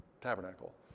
tabernacle